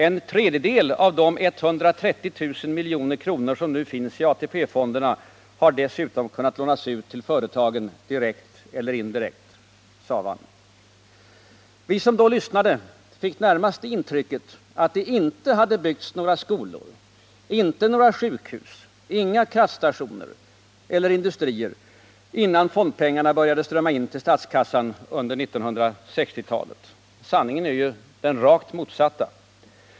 En tredjedel av de 130 000 milj.kr. som nu finns i ATP-fonderna har dessutom kunnat lånas ut till företagen, direkt eller indirekt.” Vi som då lyssnade fick närmast det intrycket, att det inte hade byggts några skolor, inte några sjukhus, inga kraftstationer eller industrier, innan fondpengarna började strömma in till statskassan under 1960-talet. Men sanningen är ju den rakt motsatta.